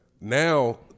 now